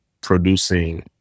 producing